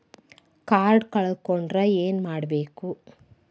Card ಕಳ್ಕೊಂಡ್ರ ಏನ್ ಮಾಡಬೇಕು?